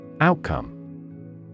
Outcome